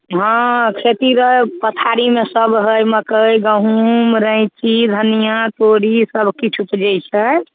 हँ खेती रहै पथारीमे सब हइ मकइ घूम रैञ्ची धनिआँ तोरी सबकिछु उपजै छै